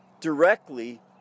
directly